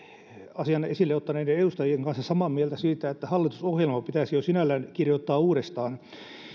asian esille ottaneiden edustajien kanssa samaa mieltä siitä että hallitusohjelma pitäisi jo sinällään kirjoittaa uudestaan